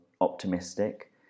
optimistic